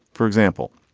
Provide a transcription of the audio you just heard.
for example,